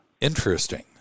Interesting